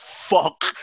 fuck